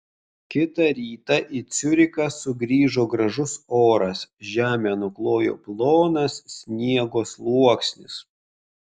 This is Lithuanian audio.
kitą rytą į ciurichą sugrįžo gražus oras žemę nuklojo plonas sniego sluoksnis